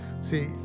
See